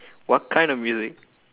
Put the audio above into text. what kind of music